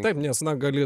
taip nes na gali